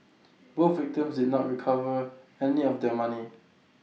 both victims did not recover any of their money